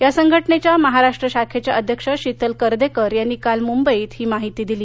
या संघटनेच्या महाराष्ट्र शाखेच्या अध्यक्ष शीतल करदेकर यांनी काल मुंबईत ही माहिती दिली